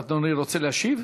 אדוני רוצה להשיב?